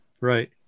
right